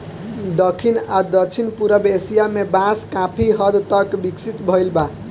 दखिन आ दक्षिण पूरब एशिया में बांस काफी हद तक विकसित भईल बा